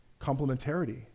complementarity